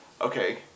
Okay